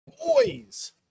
boys